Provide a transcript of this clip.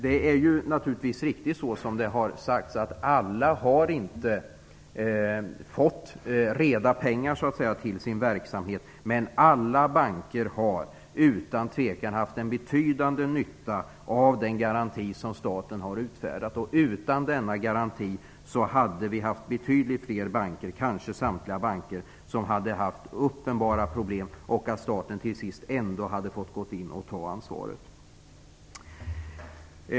Alla har naturligtvis inte fått reda pengar till sin verksamhet. Men alla banker har utan tvekan haft en betydande nytta av den garanti som staten har utfärdat. Utan denna garanti hade betydligt fler banker - kanske samtliga - haft uppenbara problem. Staten hade kanske till sist ändå fått gå in och ta ansvaret.